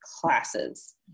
classes